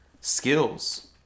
skills